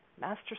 master